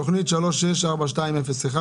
תוכנית 364201,